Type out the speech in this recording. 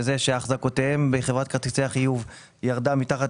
שאחזקותיהם בחברת כרטיסי החיוב ירדה מתחת